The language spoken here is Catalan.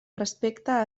respecte